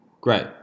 Great